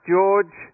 George